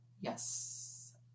Yes